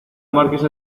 marquesa